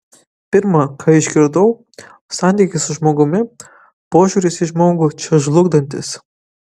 pirma ką išgirdau santykis su žmogumi požiūris į žmogų čia žlugdantis